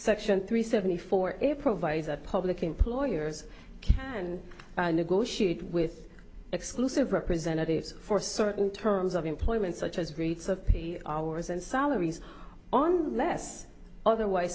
section three seventy four it provides a public employers can negotiate with exclusive representatives for certain terms of employment such as rates of hours and salaries on less otherwise